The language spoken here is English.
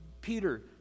Peter